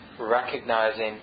recognizing